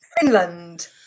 Finland